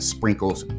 Sprinkles